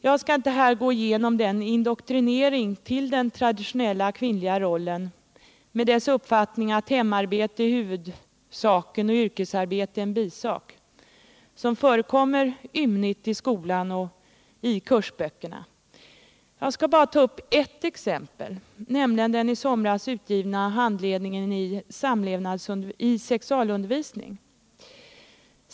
Jag skall inte här gå igenom den indoktrinering till förmån för den traditionella kvinnliga rollen, där man för fram uppfattningen att hemarbete är huvudsak och yrkesarbete bisak, som förekommer ymnigt i skolan och i kursböckerna. Jag skall bara ta upp ett exempel, nämligen den i somras av SÖ utgivna handledningen i sexualundervisning.